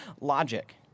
logic